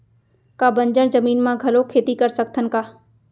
का बंजर जमीन म घलो खेती कर सकथन का?